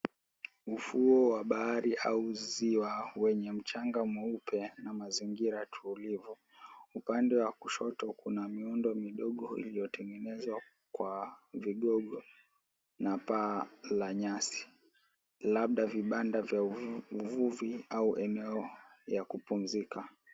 Ufuo wa bahari au ziwa, wenye mchanga mweupe na mazingira tulivu upande wa kushoto. Kuna miundo midogo iliyotengezwa kwa vigogo na paa la nyasi, labda vibanda vya uvuvi au eneo la kupumzika.